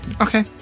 okay